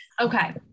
Okay